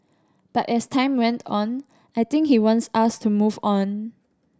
but as time went on I think he wants us to move on